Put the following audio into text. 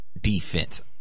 defense